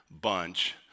bunch